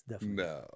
no